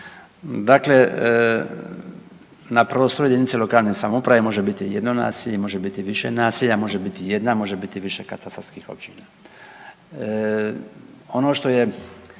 Ono što je